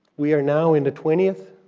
we are now in the twentieth